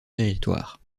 territoire